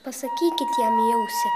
pasakykit jam į ausį